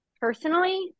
personally